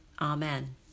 Amen